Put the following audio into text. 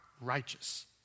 righteous